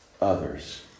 others